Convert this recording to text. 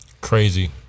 Crazy